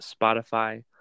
Spotify